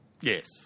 Yes